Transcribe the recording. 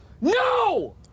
no